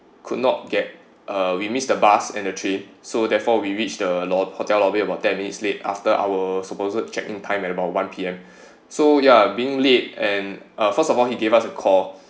could not get uh we missed the bus and the trip so therefore we reached the lo~ hotel lobby about ten minutes late after our supposed check in time at about one P_M so ya being late and uh first of all he gave us a call